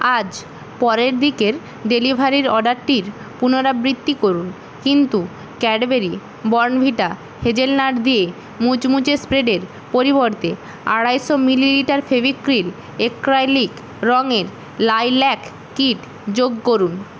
আজ পরের দিকের ডেলিভারির অর্ডারটির পুনরাবৃত্তি করুন কিন্তু ক্যাডবেরি বর্নভিটা হেজেলনাট দিয়ে মুচমুচে স্প্রেডের পরিবর্তে আড়াইশো মিলিলিটার ফেভিক্রিল অ্যাক্রেলিক রঙের লাইল্যাক কিট যোগ করুন